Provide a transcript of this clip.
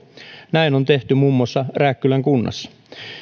näin on tehty muun muassa rääkkylän kunnassa